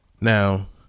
Now